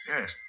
Yes